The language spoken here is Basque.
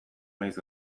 nahiz